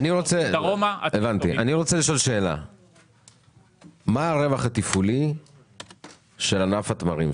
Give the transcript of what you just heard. מה הרווח התפעולי של ענף התמרים?